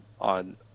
on